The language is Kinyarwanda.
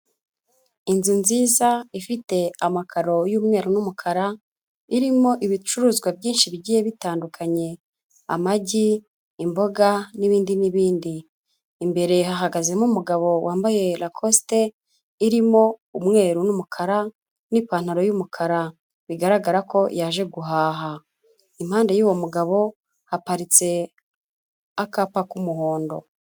Inzu nziza, ifite amakaro y'umweru n'umukara, irimo ibicuruzwa byinshi bigiye bitandukanye, amagi, imboga n'ibindi n'ibindi. Imbere hahagazemo umugabo wambaye rakosite irimo umweru n'umukara n'ipantaro y'umukara, bigaragara ko yaje guhaha, impande y'uwo mugabo, haparitse akapa k'umuhondo.